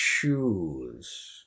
choose